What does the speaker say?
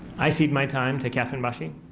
i cede my time to katherine boshie.